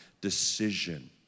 decision